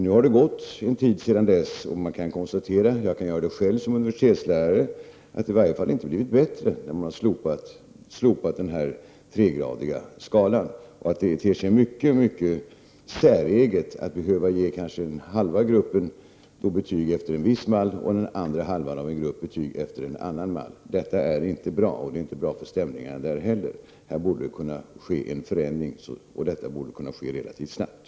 Nu har det gått en tid sedan dess, och jag kan som universitetslärare konstatera att det i varje fall inte har blivit bättre sedan man slopade den tregradiga betygsskalan. Och det ter sig mycket säreget att behöva ge kanske halva gruppen betyg efter en viss mall och den andra halvan betyg efter en annan mall. Detta är inte bra för stämningarna. I detta avseende borde det kunna ske en förändring relativt snabbt.